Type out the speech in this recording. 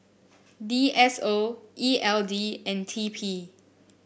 D S O E L D and T P